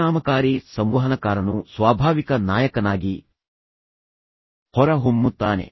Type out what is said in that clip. ಪರಿಣಾಮಕಾರಿ ಸಂವಹನಕಾರನು ಸ್ವಾಭಾವಿಕ ನಾಯಕನಾಗಿ ಹೊರಹೊಮ್ಮುತ್ತಾನೆ